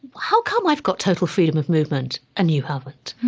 how come i've got total freedom of movement and you haven't?